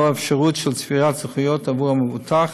ללא אפשרות של צבירת זכויות עבור המבוטח,